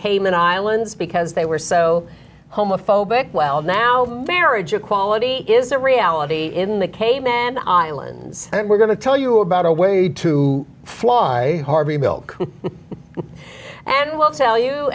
cayman islands because they were so homophobic well now berridge equality is a reality in the cayman islands and we're going to tell you about a way to fly hardly bill cool and we'll tell you